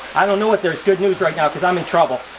i don't know what there's good news right now cause i'm in trouble.